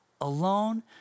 alone